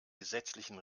gesetzlichen